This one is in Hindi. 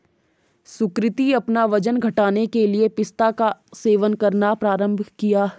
सुकृति अपना वजन घटाने के लिए पिस्ता का सेवन करना प्रारंभ किया